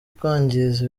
kwangiza